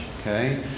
okay